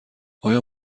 آیا